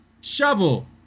Shovel